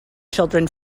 children